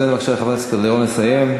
תן בבקשה לחברת הכנסת קלדרון לסיים.